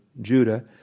Judah